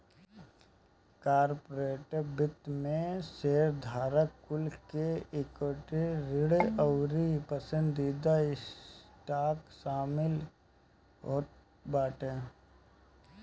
corporate वित्त में शेयरधारक कुल के इक्विटी, ऋण अउरी पसंदीदा स्टॉक शामिल होत बाटे